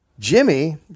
Jimmy